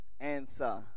answer